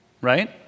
right